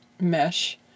mesh